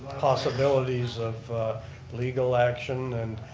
possibilities of legal action and